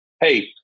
Hey